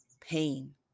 pain